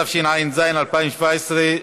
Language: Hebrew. התשע"ז 2017,